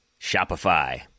Shopify